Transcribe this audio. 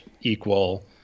equal